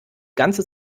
ganze